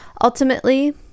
Ultimately